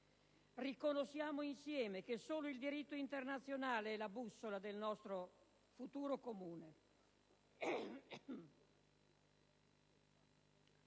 Riconosciamo insieme che solo il diritto internazionale è la bussola del nostro futuro comune.